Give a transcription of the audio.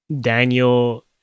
Daniel